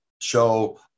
show